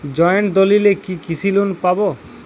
Joint দলিলে কি কৃষি লোন পাব?